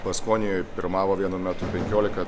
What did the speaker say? paskonijoj pirmavo vienu metu penkiolika